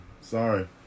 sorry